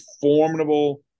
formidable